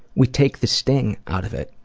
we take the sting out of it,